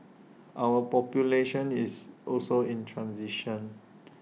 our population is also in transition